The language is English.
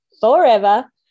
forever